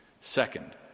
Second